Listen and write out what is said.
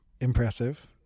Impressive